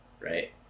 right